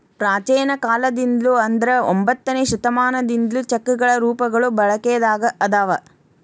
ಪ್ರಾಚೇನ ಕಾಲದಿಂದ್ಲು ಅಂದ್ರ ಒಂಬತ್ತನೆ ಶತಮಾನದಿಂದ್ಲು ಚೆಕ್ಗಳ ರೂಪಗಳು ಬಳಕೆದಾಗ ಅದಾವ